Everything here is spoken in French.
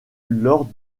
lors